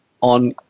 on